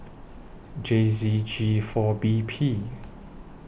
J Z G four B P